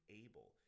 able